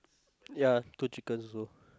ya two chickens also